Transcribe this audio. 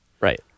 Right